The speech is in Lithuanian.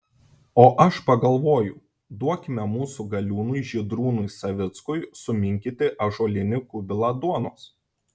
o aš pagalvoju duokime mūsų galiūnui žydrūnui savickui suminkyti ąžuolinį kubilą duonos